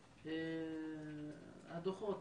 הדוחות.